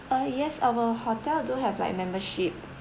uh yes our hotel do have like membership